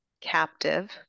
captive